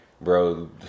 bro